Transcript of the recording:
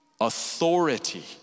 authority